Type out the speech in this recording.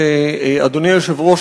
שאדוני היושב-ראש,